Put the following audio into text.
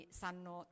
sanno